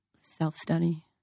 self-study